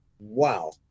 Wow